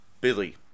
Billy